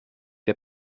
der